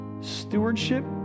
stewardship